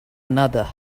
another